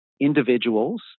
individuals